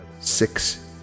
six